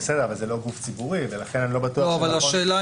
אבל זה לא גוף ציבורי ולכן אני לא בטוח שזה נכון --- לא,